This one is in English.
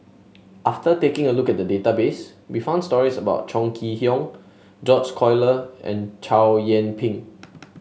after taking a look at the database we found stories about Chong Kee Hiong George Collyer and Chow Yian Ping